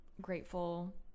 grateful